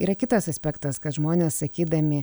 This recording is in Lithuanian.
yra kitas aspektas kad žmonės sakydami